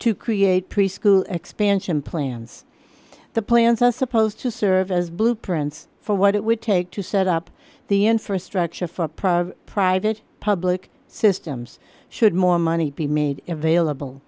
to create preschool expansion plans the plans are supposed to serve as blueprints for what it would take to set up the infrastructure for private private public systems should more money be made available